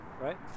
right